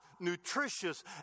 nutritious